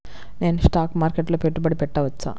నేను స్టాక్ మార్కెట్లో పెట్టుబడి పెట్టవచ్చా?